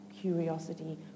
curiosity